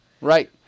Right